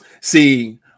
see